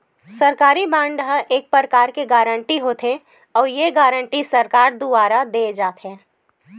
सरकारी बांड ह एक परकार के गारंटी होथे, अउ ये गारंटी सरकार दुवार देय जाथे